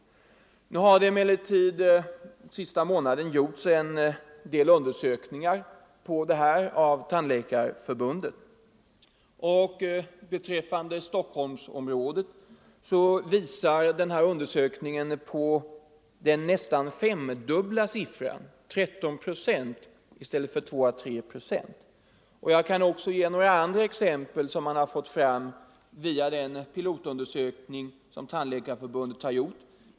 Nu har det emellertid under den senaste månaden gjorts undersökningar på det här området av Tandläkarförbundet. Beträffande Stockholmsområdet visar undersökningen den nästan femdubbla siffran — 14 procent i stället för 2 å 3 procent. Jag kan också ge andra exempel som har kommit fram i den pilotundersökning som Tandläkarförbundet gjort.